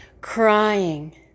crying